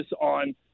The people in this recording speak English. on